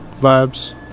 vibes